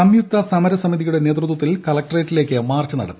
സംയുക്ത സമരസമിതിയുടെ നേതൃത്വത്തിൽ കളക്ടറേറ്റിലേക്ക് മാർച്ച് നടത്തി